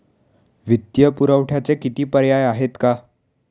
वित्तीय पुरवठ्याचे किती पर्याय आहेत का?